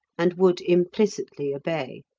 and would implicitly obey.